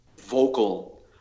vocal